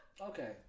Okay